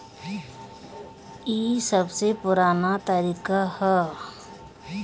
ई सबसे पुरान तरीका हअ